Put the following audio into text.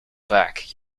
back